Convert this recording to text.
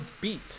beat